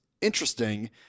interesting